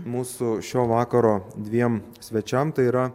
mūsų šio vakaro dviem svečiam tai yra